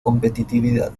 competitividad